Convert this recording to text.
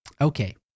Okay